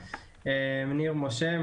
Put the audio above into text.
ניר משה,